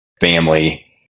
family